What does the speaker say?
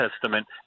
Testament